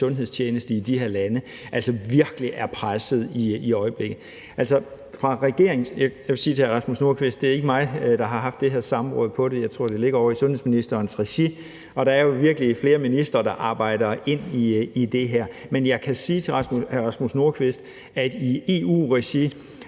sundhedstjeneste i de her lande, altså virkelig er presset i øjeblikket. Jeg vil sige til hr. Rasmus Nordqvist, at det ikke er mig, der har haft det her samråd om det – jeg tror, det ligger ovre i sundhedsministerens regi – men der er jo virkelig flere ministre, der arbejder ind i det her. Men jeg kan sige til hr. Rasmus Nordqvist, at i EU-regi